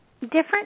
different